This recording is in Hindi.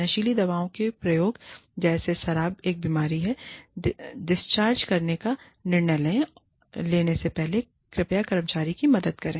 नशीली दवाओं के प्रयोग जैसी शराब एक बीमारी है डिस्चार्ज करने का निर्णय लेने से पहले कृपया कर्मचारी की मदद करें